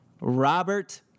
Robert